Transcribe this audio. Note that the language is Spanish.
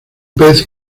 pez